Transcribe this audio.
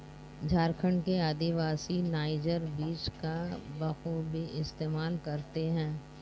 झारखंड के आदिवासी नाइजर बीज का बखूबी इस्तेमाल करते हैं